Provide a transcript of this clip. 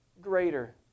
greater